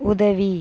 உதவி